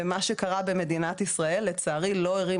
מה שקרה במדינת ישראל לצערי לא הרים